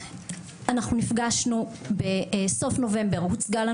אנחנו פה בשביל להגיד לכם על נקודות הכשל שאנחנו רואים אותן לפני שראינו